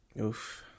Oof